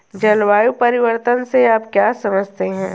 जलवायु परिवर्तन से आप क्या समझते हैं?